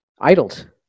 idled